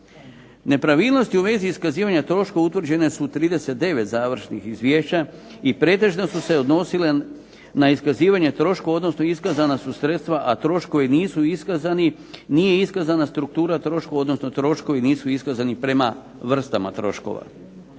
Nepravilnosti u vezi iskazivanja troškova utvrđene su u 39 završnih izvješća i pretežno su se odnosile na iskazivanje troškova, odnosno iskazana su sredstva a troškovi nisu iskazani, nije iskazana struktura troškova odnosno troškovi nisu iskazani prema vrstama troškova.